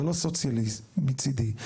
זה לא סוציאליסטי מצידי.